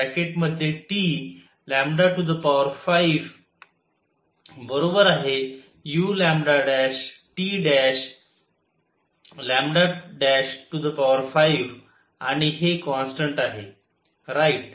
तर याचा अर्थ असा आहे की u5uT' 5 आणि हे कॉन्स्टन्ट आहे राईट